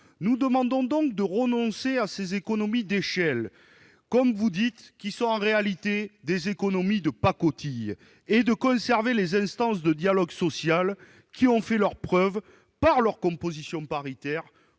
vous demandons donc de renoncer à ces économies d'échelle, comme vous dites, monsieur le secrétaire d'État, qui sont en réalité des économies de pacotille, et de conserver les instances de dialogue social, qui ont fait leurs preuves par leur composition paritaire